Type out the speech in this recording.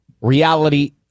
reality